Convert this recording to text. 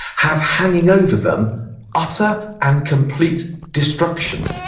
have hanging over them utter and complete destruction.